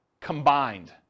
combined